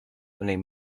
when